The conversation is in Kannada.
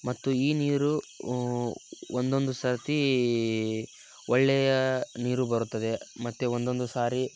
ಮತ್ತು ಈ ನೀರು ಒಂದೊಂದು ಸರ್ತಿ ಒಳ್ಳೆಯ ನೀರು ಬರುತ್ತದೆ ಮತ್ತು ಒಂದೊಂದು ಸರಿ